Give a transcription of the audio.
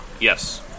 Yes